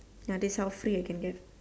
ya that's how free I can get